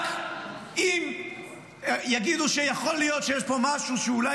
רק אם יגידו שיכול להיות שיש פה משהו שאולי